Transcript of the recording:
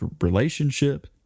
relationship